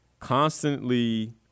Constantly